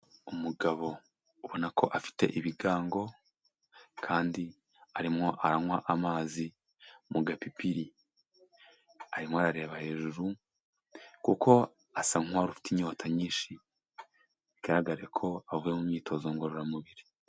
Umugabo ubona ko afite ibigango kandi arimo aranywa amazi mu gapipiri, arimo arareba hejuru kuko asa nk'uwari ufite inyota nyinshi, bigaragare ko avuye mu myitozo ngororamubiri.